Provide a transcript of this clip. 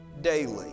daily